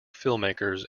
filmmakers